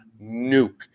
nuke